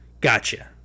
gotcha